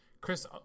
Chris